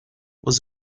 was